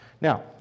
Now